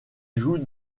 joue